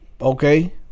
okay